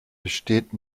besteht